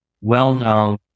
well-known